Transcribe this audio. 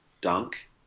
dunk